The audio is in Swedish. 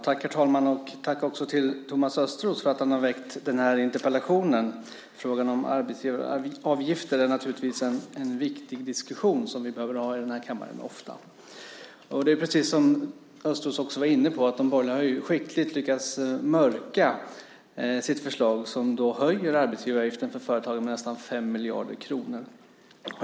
Herr talman! Ett tack till Thomas Östros för att han har väckt den här interpellationen. Frågan om arbetsgivaravgifter är naturligtvis en viktig diskussion som vi behöver ha i den här kammaren ofta. Som Thomas Östros var inne på har de borgerliga skickligt lyckats mörka sitt förslag som höjer arbetsgivaravgiften för företagen med nästan 5 miljarder kronor.